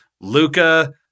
Luca